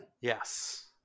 yes